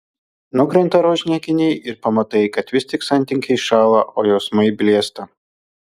nukrenta rožiniai akiniai ir pamatai kad vis tik santykiai šąla o jausmai blėsta